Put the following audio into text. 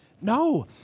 No